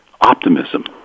optimism